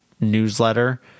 newsletter